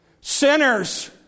Sinners